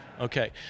Okay